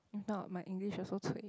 if not my English also cui